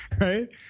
Right